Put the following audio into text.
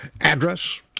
address